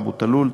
אבו-תלול,